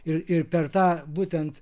ir ir per tą būtent